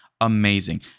Amazing